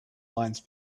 lines